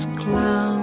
clown